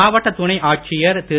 மாவட்ட துணை ஆட்சியர் திரு